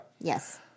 Yes